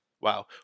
Wow